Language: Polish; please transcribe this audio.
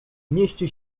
mieści